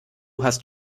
hast